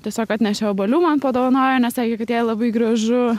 tiesiog atnešė obuolių man padovanojo nes juk labai gražu